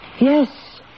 yes